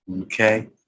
Okay